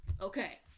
okay